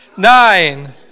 nine